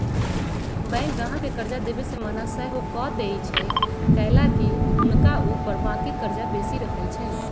bank गाहक के कर्जा देबऐ से मना सएहो कऽ देएय छइ कएलाकि हुनका ऊपर बाकी कर्जा बेशी रहै छइ